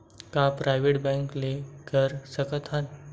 का private bank ले कर सकत हन?